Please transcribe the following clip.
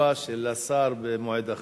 ותשובה של השר במועד אחר.